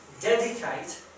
dedicate